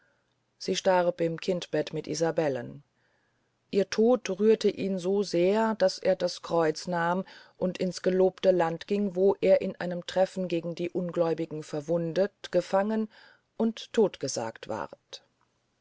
sie starb im kindbett mit isabellen ihr tod rührte ihn so sehr daß er das kreutz nahm und ins gelobte land ging wo er in einem treffen gegen die ungläubigen verwundet gefangen und tod gesagt ward